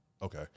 Okay